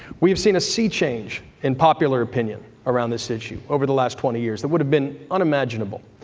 we have seen a sea change in popular opinion around this issue over the last twenty years that would have been unimaginable.